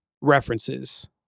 references